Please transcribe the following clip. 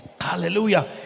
Hallelujah